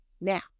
now